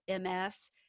MS